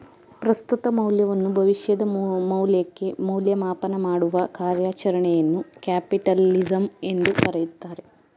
ಪ್ರಸ್ತುತ ಮೌಲ್ಯವನ್ನು ಭವಿಷ್ಯದ ಮೌಲ್ಯಕ್ಕೆ ಮೌಲ್ಯಮಾಪನ ಮಾಡುವ ಕಾರ್ಯಚರಣೆಯನ್ನು ಕ್ಯಾಪಿಟಲಿಸಂ ಎಂದು ಕರೆಯುತ್ತಾರೆ